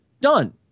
Done